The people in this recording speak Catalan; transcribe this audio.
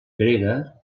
grega